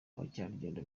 abakerarugendo